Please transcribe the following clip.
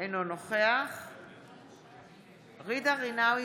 אינו נוכח ג'ידא רינאוי